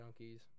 Junkies